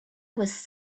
was